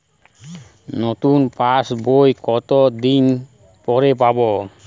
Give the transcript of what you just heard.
নতুন পাশ বই কত দিন পরে পাবো?